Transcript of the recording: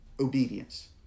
Obedience